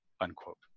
unquote